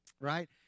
Right